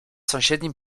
sąsiednim